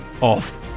off